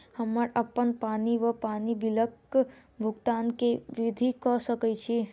हम्मर अप्पन पानि वा पानि बिलक भुगतान केँ विधि कऽ सकय छी?